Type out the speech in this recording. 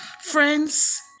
Friends